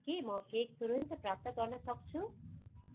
के म केक तुरुन्तै प्राप्त गर्न सक्छु